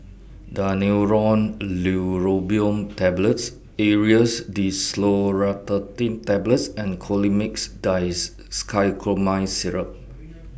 Daneuron Neurobion Tablets Aerius DesloratadineTablets and Colimix Dicyclomine Syrup